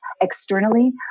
externally